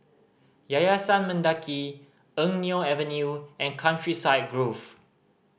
Yayasan Mendaki Eng Neo Avenue and Countryside Grove